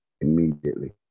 immediately